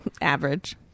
average